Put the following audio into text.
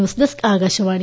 news desk Akashvani